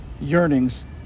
yearnings